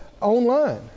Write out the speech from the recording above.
online